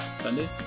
Sundays